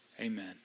Amen